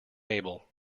able